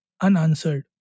unanswered